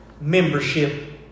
membership